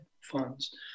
funds